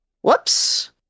Whoops